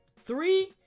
three